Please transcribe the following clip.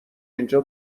اینجا